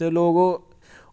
ते लोक ओह्